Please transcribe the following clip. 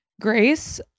Grace